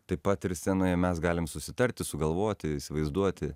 taip pat ir scenoje mes galim susitarti sugalvoti įsivaizduoti